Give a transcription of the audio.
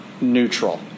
neutral